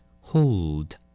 Hold